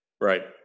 Right